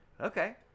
Okay